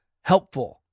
helpful